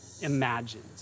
imagined